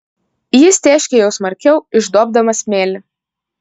jis tėškė jau smarkiau išduobdamas smėlį